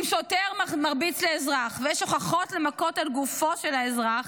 אם שוטר מרביץ לאזרח ויש הוכחות למכות על גופו של האזרח,